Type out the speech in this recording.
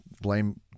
blame